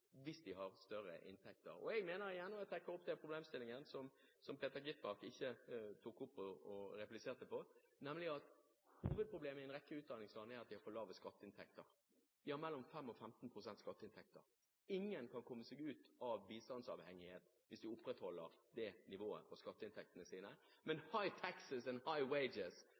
hvis man har større inntekter. Og jeg mener igjen – og jeg trekker opp den problemstillingen som Peter Skovholt Gitmark ikke tok opp og repliserte på – at hovedproblemet i en rekke utviklingsland er at de har for lave skatteinntekter. De har mellom 5 og 15 pst. skatteinntekter. Ingen kan komme seg ut av bistandsavhengighet hvis de opprettholder det nivået på skatteinntektene sine. Men «high taxes and high wages»